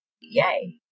Yay